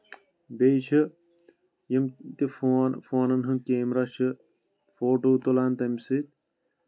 بیٚیہِ چھُ یِم تہِ فون فونَن ہُنٛد کیمرا چھ فوٹو تُلان تَمہِ سۭتۍ